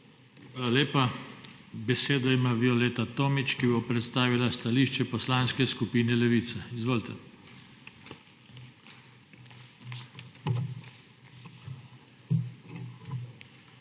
Hvala lepa. Besedo ima Violeta Tomić, ki bo predstavila stališče Poslanske skupine Levica. Izvolite. VIOLETA